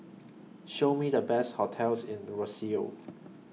Show Me The Best hotels in Roseau